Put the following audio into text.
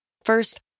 First